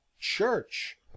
Church